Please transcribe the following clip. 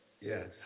Yes